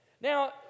Now